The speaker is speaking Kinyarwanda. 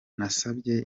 nasabye